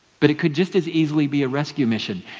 but it could just as easily be a rescue mission.